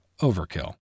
overkill